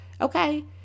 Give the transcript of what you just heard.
Okay